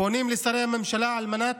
ופונים לשרי הממשלה על מנת